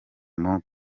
mon